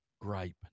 gripe